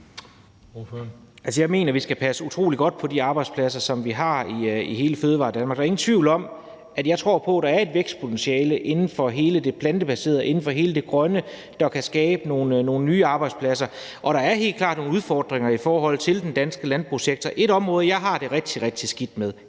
jeg mener, at vi skal passe utrolig godt på de arbejdspladser, som vi har i hele Fødevaredanmark. Så der er ingen tvivl om, at jeg tror på, at der er et vækstpotentiale inden for hele det plantebaserede, inden for hele det grønne, der kan skabe nogle nye arbejdspladser. Så der er helt klart nogle udfordringer i forhold til den danske landbrugssektor. Ét område, jeg har det rigtig, rigtig skidt med,